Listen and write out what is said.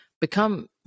become